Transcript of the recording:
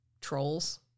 trolls